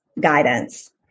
guidance